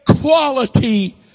quality